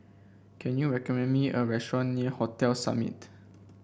can you recommend me a restaurant near Hotel Summit